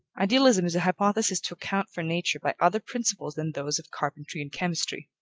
idealism is a hypothesis to account for nature by other principles than those of carpentry and chemistry.